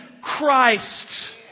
Christ